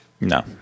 No